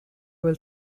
will